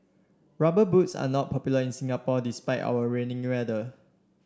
rubber boots are not popular in Singapore despite our rainy weather